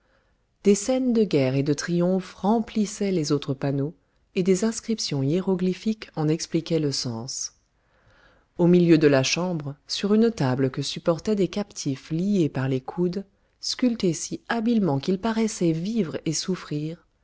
des scènes de guerre et de triomphe remplissaient les autres panneaux et des inscriptions hiéroglyphiques en expliquaient le sens au milieu de la chambre sur une table que supportaient des captifs liés par les coudes sculptés si habilement qu'ils paraissaient vivre et souffrir